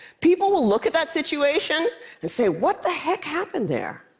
people will look at that situation and say, what the heck happened there?